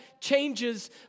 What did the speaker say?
changes